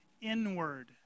inward